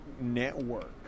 network